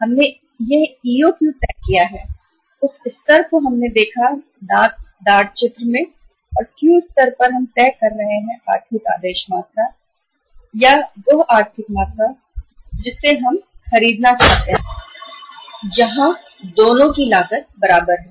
हमने यह EOQ तय किया है EOQ उस स्तर को हमने दांत चित्र द्वारा देखा और Q स्तर हम आर्थिक आदेश मात्रा तय कर रहे हैं या वह आर्थिक मात्रा जिसे हम खरीदना चाहते थे जहाँ दोनों की लागत हो बराबर हैं